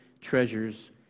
treasures